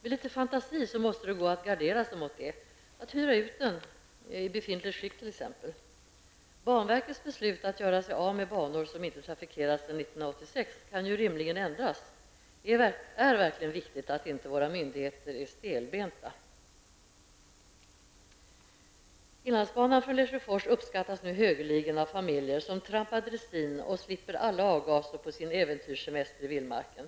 Med litet fantasi måste det gå att gardera sig mot det, t.ex. genom att hyra ut den befintliga trafiken. Banverkets beslut att göra sig av med banor som inte trafikerats sedan 1986 kan ju rimligtvis ändras. Det är viktigt att våra myndigheter inte är stelbenta. Inlandsbanan från Lesjöfors uppskattas nu högeligen av familjer som trampar dressin och slipper alla avgaser på sin äventyrssemester i vildmarken.